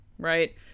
right